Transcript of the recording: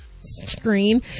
screen